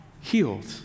healed